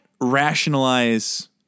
rationalize